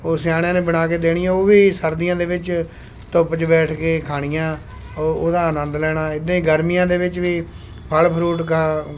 ਉਹ ਸਿਆਣਿਆਂ ਨੇ ਬਣਾ ਕੇ ਦੇਣੀ ਉਹ ਵੀ ਸਰਦੀਆਂ ਦੇ ਵਿੱਚ ਧੁੱਪ 'ਚ ਬੈਠ ਕੇ ਖਾਣੀਆਂ ਉਹ ਉਹਦਾ ਆਨੰਦ ਲੈਣਾ ਇੱਦਾਂ ਹੀ ਗਰਮੀਆਂ ਦੇ ਵਿੱਚ ਵੀ ਫਲ ਫਰੂਟ ਖਾ